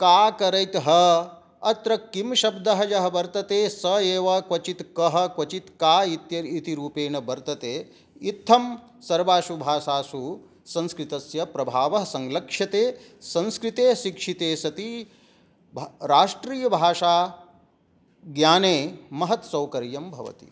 का करैत् ह अत्र किं शब्दः यः वर्तते सः एव क्वचित् कः क्वचित् का इत्य् इति रूपेण वर्तते इत्थं सर्वासु भासाषु संस्कृतस्य प्रभावः संलक्ष्यते संस्कृते शिक्षिते सति राष्ट्रियभाषा ज्ञाने महत्सौकर्यं भवति